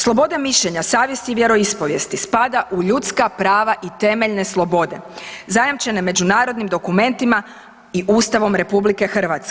Sloboda mišljenja, savjesti i vjeroispovijesti spada u ljudska prava i temeljne slobode zajamčene međunarodnim dokumentima i Ustavom RH.